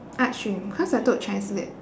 arts stream cause I took chinese lit